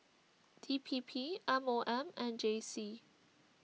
D P P M O M and J C